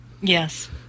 Yes